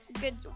good